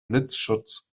blitzschutz